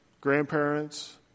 grandparents